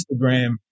Instagram